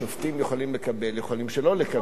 שופטים יכולים לקבל ויכולים שלא לקבל.